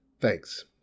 Thanks